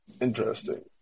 Interesting